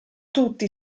tutti